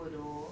Ippudo